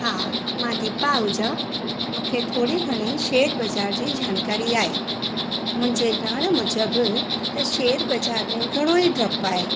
हां मां दीपा आहुजा मूंखे थोरी घणी शेयर बज़ारि जी जानकारी आहे मुंहिंजे ॼाण मूजिबि त शेयर बज़ारि में घणो ई डप आहे